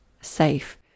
safe